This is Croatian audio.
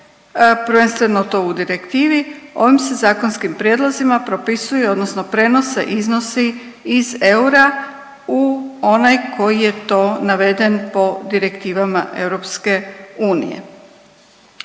prvenstveno to u direktivi, ovim se zakonskim prijedlozima propisuju odnosno prenose iznosi iz eura u onaj koji je to naveden po direktivama EU.